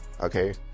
okay